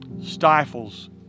stifles